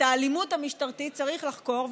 את האלימות המשטרתית צריך לחקור.